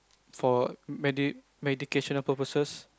for medi medication purposes